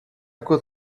could